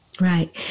Right